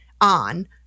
on